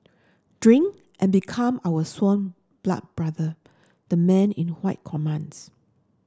drink and become our sworn blood brother the man in white commands